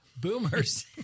boomers